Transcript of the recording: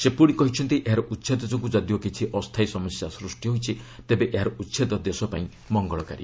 ସେ ପୁଣି କହିଛନ୍ତି ଏହାର ଉଚ୍ଛେଦ ଯୋଗୁଁ ଯଦିଓ କିଛି ଅସ୍ଥାୟୀ ସମସ୍ୟା ସୂଷ୍ଟି ହେଉଛି ତେବେ ଏହାର ଉଚ୍ଛେଦ ଦେଶ ପାଇଁ ମଙ୍ଗଳକାରୀ